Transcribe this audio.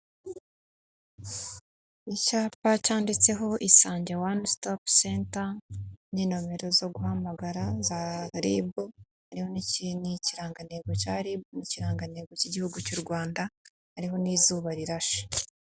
Icyapa cyanditseho isange wani sitopu senta, n'inomero zo guhamagara za RIB, hariho ni ikirangantego cyari, hariho n'ikirangantego cy'igihugu cy'u Rwanda ariho n'izuba rirashe.